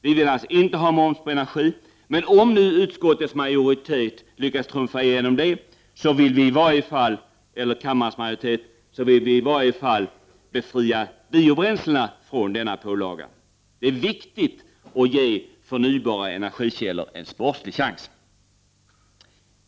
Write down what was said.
Vi vill alltså inte ha moms på energi, men om nu kammarens majoritet lyckas trumfa igenom det, vill vi i varje fall befria biobränslena från denna pålaga. Det är viktigt att ge förnybara energikällor en sportslig chans.